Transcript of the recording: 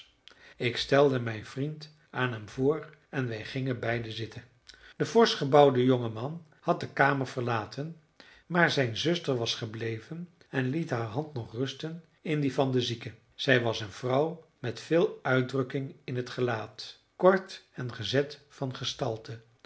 ik stelde mijn vriend aan hem voor en wij gingen beiden zitten de forschgebouwde jonge man had de kamer verlaten maar zijn zuster was gebleven en liet haar hand nog rusten in die van den zieke zij was een vrouw met veel uitdrukking in t gelaat kort en gezet van gestalte